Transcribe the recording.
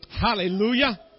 Hallelujah